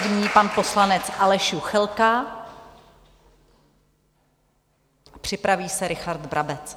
První pan poslanec Aleš Juchelka, připraví se Richard Brabec.